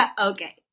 Okay